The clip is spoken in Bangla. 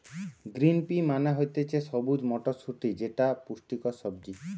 গ্রিন পি মানে হতিছে সবুজ মটরশুটি যেটা পুষ্টিকর সবজি